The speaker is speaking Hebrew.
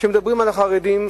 כשמדברים על החרדים,